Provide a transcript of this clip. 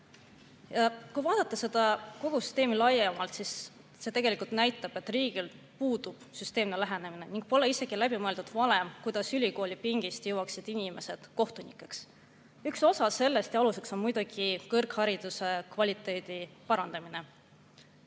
Kui vaadata kogu süsteemi laiemalt, siis see tegelikult näitab, et riigil puudub süsteemne lähenemine ning pole isegi läbi mõeldud valem, kuidas ülikoolipingist jõuaksid inimesed kohtunikeks. Üks osa sellest ja aluseks on muidugi kõrghariduse kvaliteedi parandamine.